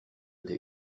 the